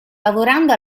lavorando